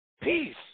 peace